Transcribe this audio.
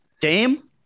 Dame